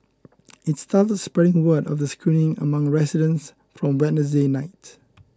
it started spreading word of the screening among residents from Wednesday night